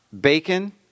bacon